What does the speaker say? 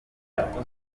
françois